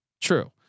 True